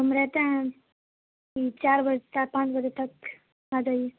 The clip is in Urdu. ہم رہتے ہیں چار بجے چار پانچ بجے تک آ جائیے